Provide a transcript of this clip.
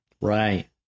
Right